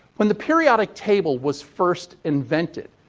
when the periodic table was first invented,